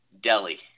Delhi